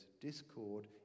discord